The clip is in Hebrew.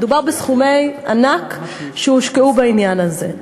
מדובר בסכומי ענק שהושקעו בעניין הזה.